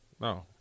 no